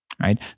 right